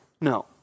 No